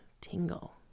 tingle